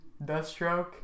Deathstroke